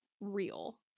real